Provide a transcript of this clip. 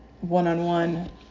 one-on-one